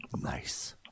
Nice